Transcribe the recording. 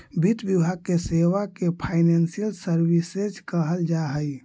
वित्त विभाग के सेवा के फाइनेंशियल सर्विसेज कहल जा हई